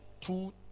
two